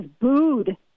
booed